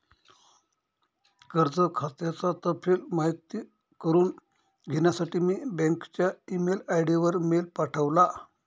कर्ज खात्याचा तपशिल माहित करुन घेण्यासाठी मी बँकच्या ई मेल आय.डी वर मेल पाठवला